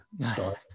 start